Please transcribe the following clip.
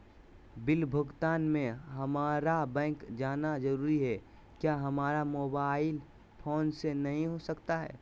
Bill भुगतान में हम्मारा बैंक जाना जरूर है क्या हमारा मोबाइल फोन से नहीं हो सकता है?